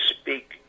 speak